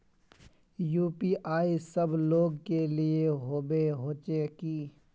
UPI सब लोग के लिए होबे होचे की?